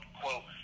quote